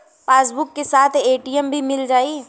Passbook के साथ ATM भी मील जाई?